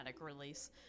release